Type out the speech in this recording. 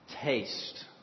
Taste